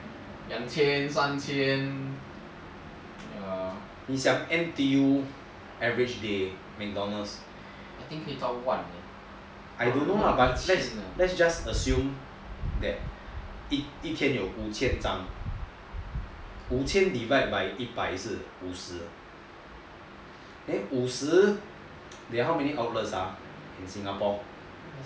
两千三千 err 你想 N_T_U average mcdonald's I don't know lah but let's just assume that 一天有五千张五千 divide by 一百是五十 eh 五十 is how many thousands ah